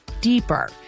deeper